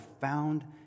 found